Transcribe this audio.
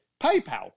PayPal